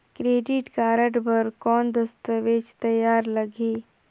Credit card बर कौन दस्तावेज तैयार लगही?